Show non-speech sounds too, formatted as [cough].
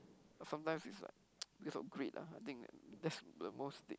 sometimes it's like [noise] because of greed ah I think that that's the most stake